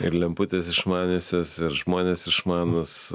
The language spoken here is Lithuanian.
ir lemputės išmaniosios ir žmonės išmanūs